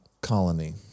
colony